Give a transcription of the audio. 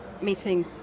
meeting